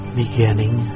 beginning